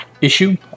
issue